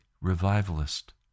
revivalist